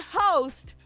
host